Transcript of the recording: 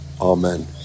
Amen